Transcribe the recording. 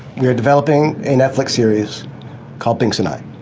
we are developing a netflix series called binks and i.